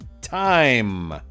time